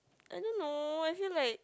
I don't know I feel like